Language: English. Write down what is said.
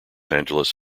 angeles